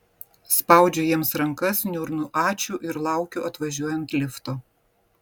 spaudžiu jiems rankas niurnu ačiū ir laukiu atvažiuojant lifto